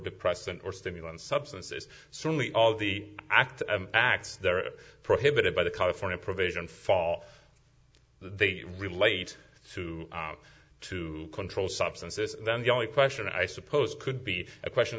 depressant or stimulant substance it certainly all the act the act they're prohibited by the california provision fall they relate to how to control substances and then the only question i suppose could be a question